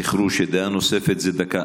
זכרו שדעה נוספת זה דקה.